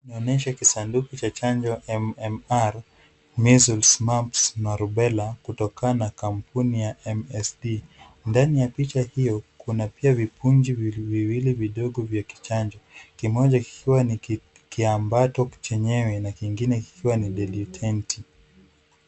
Inaonyesha kisanduku cha chanjo ya M-M-R measles, mumps na rubela kutokana na kampuni ya MSD. Ndani ya picha hiyo kuna pia vipunji viwili vidogo vya kichanjo, kimoja kikiwa ni kiambato chenyewe na kingine kikiwa ni dilutenti .